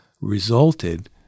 resulted